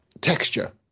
texture